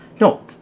no